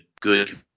good